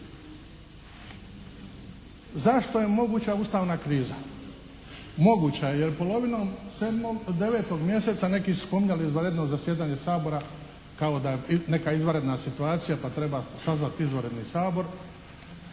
Zašto je moguća Ustavna kriza? Moguća je jer polovinom 9. mjeseca, neki su spominjali izvanredno zasjedanje Sabora kao da je neka izvanredna situacija pa treba sazvati izvanredni Sabor.